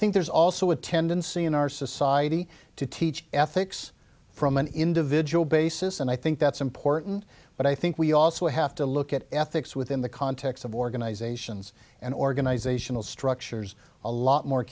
think there's also a tendency in our society to teach ethics from an individual basis and i think that's important but i think we also have to look at ethics within the context of organizations and organizational structures a lot more